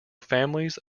families